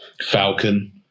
Falcon